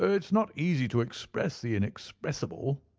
it is not easy to express the inexpressible,